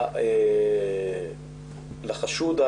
לחשוד,